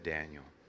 Daniel